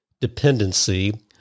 dependency